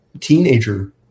teenager